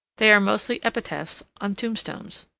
they are mostly epitaphs on tombstones.